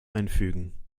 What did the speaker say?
einfügen